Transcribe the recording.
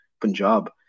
Punjab